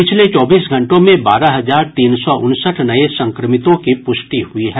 पिछले चौबीस घंटों में बारह हजार तीन सौ उनसठ नये संक्रमितों की पुष्टि हुई है